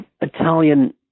Italian